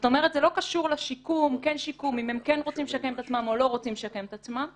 זה לא קשור לשאלה אם הם כן רוצים או לא רוצים לשקם את עצמם.